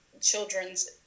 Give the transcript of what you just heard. children's